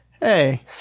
Hey